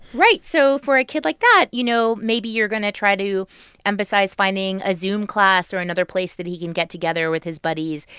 right. so for a kid like that, you know, maybe you're going to try to emphasize finding a zoom class or another place that he can get together with his buddies,